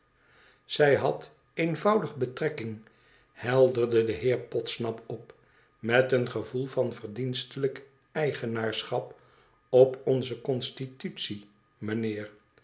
zij had eenvoudig betrekking helderde de heer podsnap op met een gevoel van verdienstelijk eigenaarschap t op onze constitutie mijnheer